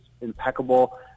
impeccable